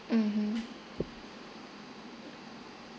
mmhmm